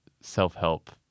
self-help